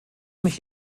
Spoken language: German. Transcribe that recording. mich